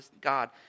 God